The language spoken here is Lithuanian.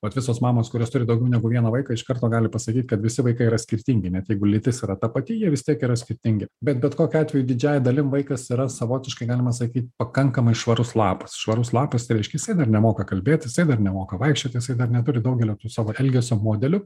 vat visos mamos kurios turi daugiau negu vieną vaiką iš karto gali pasakyt kad visi vaikai yra skirtingi net jeigu lytis yra ta pati jie vis tiek yra skirtingi bet bet kokiu atveju didžiąja dalim vaikas yra savotiškai galima sakyt pakankamai švarus lapas švarus lapas tai reiškia jisai dar nemoka kalbėt jisai dar nemoka vaikščiot jisai dar neturi daugelio savo elgesio modelių